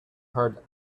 herd